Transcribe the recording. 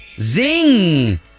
Zing